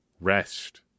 rest